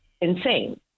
insane